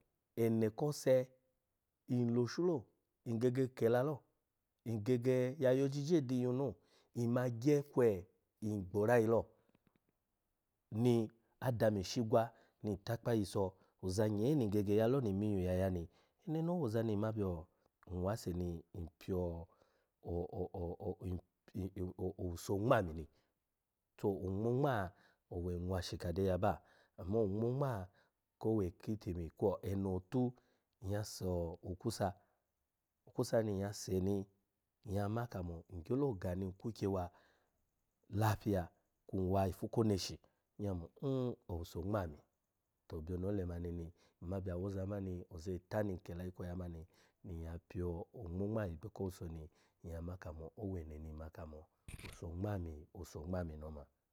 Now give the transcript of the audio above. Ene kose, nloshu lo, ngege kila lo, ngege ya yo ojije di iyun lo, nma gye kwe ngbo orayi lo, ni adami eshi gwa ni ntakpa nyiso, oza nyee ni gege ya lo ni nmi iyun ya ni, eneni owoza ni nma byo nwase ni npyo o-o-o-o-i owuso ngma ami ni. To ongmo ngma ko owe ki itimi kwa eno otu nyya so okusa, okusa ni nyya se ni, nyya ma kamo ngyolo ga ni nkwukye wa lapiya, kun wa ifu ko oneshi nyya mo owuso ngma ami. To byono olemani ni, nma bya awoza mani, oza eta ni nekala ikweyi ha mani ni ya pyo ongmo ngma ebe ko owuso ni nyya ma komo owuso ngma ami ni oma.